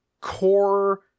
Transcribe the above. core